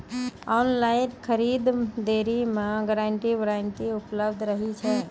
Online खरीद दरी मे गारंटी वारंटी उपलब्ध रहे छै?